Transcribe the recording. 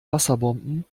wasserbomben